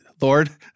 Lord